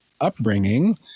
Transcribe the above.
upbringing